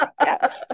yes